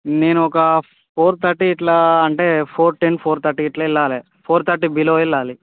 నేను ఒక four thirty ఇట్లా అంటే ఫోర్ టెన్ ఫోర్ థర్టీ ఇట్లా వెళ్ళాలి ఫోర్ థర్టీ బిలో వెళ్ళాలి